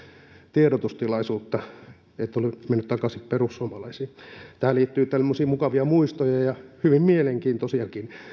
tiedotustilaisuutta siitä että oli mennyt takaisin perussuomalaisiin tähän liittyy tämmöisiä mukavia muistoja ja hyvin mielenkiintoisiakin